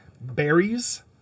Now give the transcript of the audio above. Berries